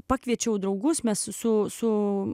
pakviečiau draugus mes su